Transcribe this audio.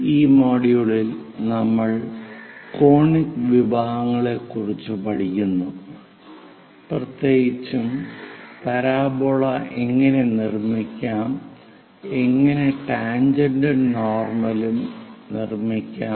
ഈ മൊഡ്യൂളിൽ നമ്മൾ കോണിക് വിഭാഗങ്ങളെക്കുറിച്ച് പഠിക്കുന്നു പ്രത്യേകിച്ചും പരാബോള എങ്ങനെ നിർമ്മിക്കാം എങ്ങനെ ടാൻജെന്റും നോർമലും എങ്ങനെ നിർമ്മിക്കാം